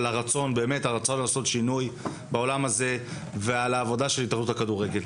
של הרצון באמת לעשות שינוי בעולם הזה ועל העבודה של ההתאחדות לכדורגל,